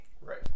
Right